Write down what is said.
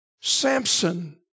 Samson